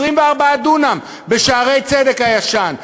24 דונם ב"שערי-צדק" הישן.